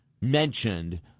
mentioned